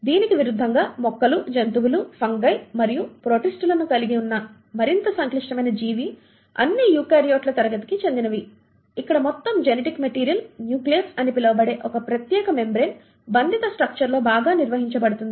దీనికి విరుద్ధంగా మొక్కలు జంతువులు ఫంగై మరియు ప్రొటిస్టులను కలిగి ఉన్న మరింత సంక్లిష్టమైన జీవి అన్నీ యూకారియోట్ల తరగతికి చెందినవి ఇక్కడ మొత్తం జెనెటిక్ మెటీరియల్ న్యూక్లియస్ అని పిలువబడే ఒక ప్రత్యేక మెంబ్రేన్ బంధిత స్ట్రక్చర్లో బాగా నిర్వహించబడుతుంది